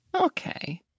Okay